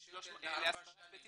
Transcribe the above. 800,000 שקל לארבע שנים.